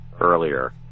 earlier